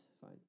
Fine